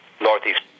northeast